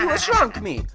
um a-shrunk me.